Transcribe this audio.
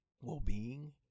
well-being